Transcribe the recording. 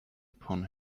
upon